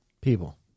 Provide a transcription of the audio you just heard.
people